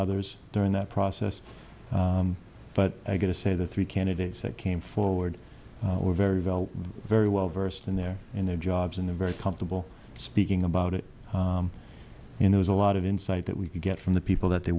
others during that process but i got to say the three candidates that came forward were very very well versed in their in their jobs in a very comfortable speaking about it in there's a lot of insight that we can get from the people that they